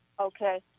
Okay